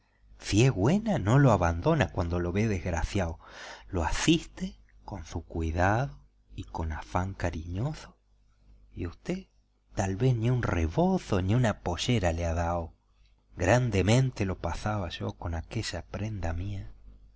si es güena no lo abandona cuando lo ve desgraciao lo asiste con su cuidao y con afán cariñoso y usté tal vez ni un rebozo ni una pollera le ha dao grandemente lo pasaba con aquella prenda mía